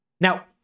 Now